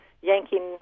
yanking